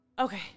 okay